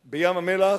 בים-המלח,